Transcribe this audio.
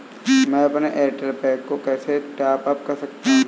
मैं अपने Airtel pack को कैसे टॉप अप कर सकता हूँ?